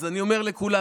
אז אני אומר לכולם: